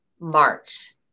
March